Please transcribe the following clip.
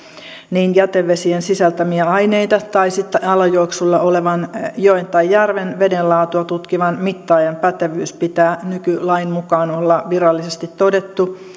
niin jätevesien sisältämiä aineita tai sitten alajuoksulla olevan joen tai järven veden laatua tutkivan mittaajan pätevyyden pitää nykylain mukaan olla virallisesti todettu